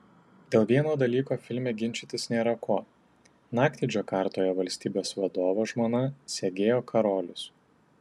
dėl vieno dalyko filme ginčytis nėra ko naktį džakartoje valstybės vadovo žmona segėjo karolius